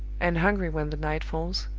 and hungry when the night falls,